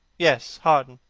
yes harden.